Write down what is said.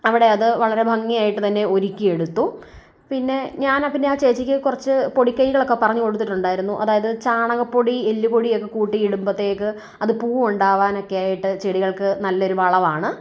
അവിടെ അത് വളരെ ഭംഗിയായിട്ട് തന്നെ ഒരുക്കി എടുത്തു പിന്നെ ഞാൻ ആ പിന്നെ ആ ചേച്ചിക്ക് കുറച്ച് പൊടികൈകളൊക്കെ പറഞ്ഞു കൊടുത്തിട്ടുണ്ടായിരുന്നു അതായത് ചാണകപൊടി എല്ലുപൊടിയൊക്കെ കൂട്ടി ഇടുമ്പോഴ്ത്തേക്ക് അത് പൂ ഉണ്ടാകാനൊക്കെയായിട്ട് ചെടികൾക്ക് നല്ലൊരു വളമാണ്